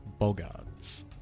Bogards